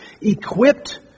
equipped